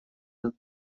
этот